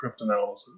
cryptanalysis